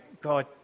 God